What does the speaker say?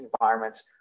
environments